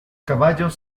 caballos